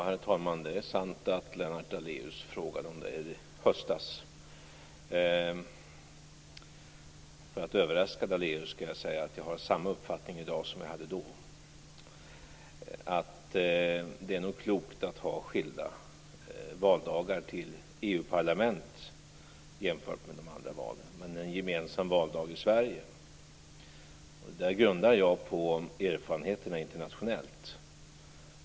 Herr talman! Det är sant att Lennart Daléus frågade om detta i höstas. För att överraska Lennart Daléus skall jag säga att jag har samma uppfattning i dag som jag hade då. Det är nog klokt att ha skilda valdagar till EU-parlament jämfört med de andra valen, men en gemensam valdag i Sverige. Det grundar jag på erfarenheterna internationellt.